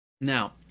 Now